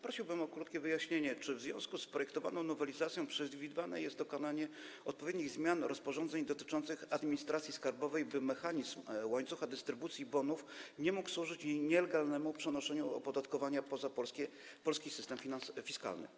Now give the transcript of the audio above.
Prosiłbym, o krótkie wyjaśnienie, czy w związku z projektowaną nowelizacją przewidywane jest dokonanie odpowiednich zmian rozporządzeń dotyczących administracji skarbowej, by mechanizm łańcucha dystrybucji bonów nie mógł służyć nielegalnemu przenoszeniu opodatkowania poza Polski system fiskalny.